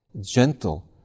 gentle